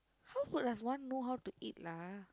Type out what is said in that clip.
how could does one know how to eat lah